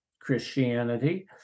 Christianity